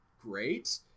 great